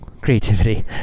creativity